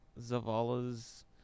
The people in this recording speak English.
Zavala's